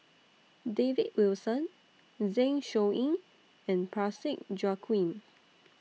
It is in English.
David Wilson Zeng Shouyin and Parsick Joaquim